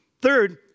Third